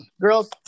girls